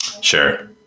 Sure